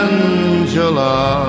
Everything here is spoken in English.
Angela